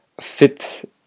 fit